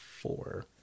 four